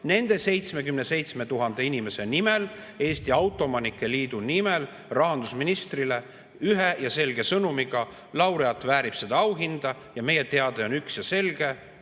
nende 77 000 inimese nimel, Eesti Autoomanike Liidu nimel, rahandusministrile üle ühe selge sõnumiga: laureaat väärib seda auhinda. Ja meie teade on üks ja selge: